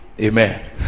amen